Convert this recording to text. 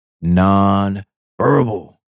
non-verbal